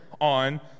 on